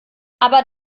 aber